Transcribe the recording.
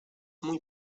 muy